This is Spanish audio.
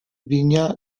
viña